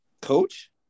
Coach